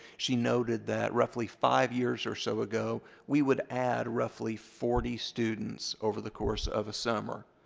she noted that roughly five years or so ago we would add roughly forty students over the course of a summer.